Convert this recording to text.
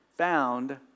Found